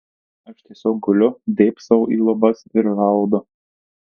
aš tiesiog guliu dėbsau į lubas ir raudu